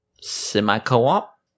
semi-co-op